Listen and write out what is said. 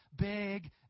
big